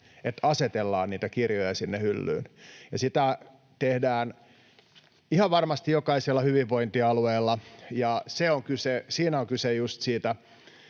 että asetellaan niitä kirjoja sinne hyllyyn, ja sitä tehdään ihan varmasti jokaisella hyvinvointialueella. Siinä on kyse just siitä